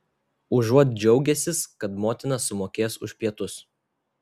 užuot džiaugęsis kad motina sumokės už pietus